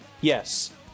Yes